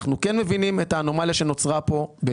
אנחנו כן מבינים את האנומליה שנוצרה כאן בין